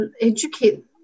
educate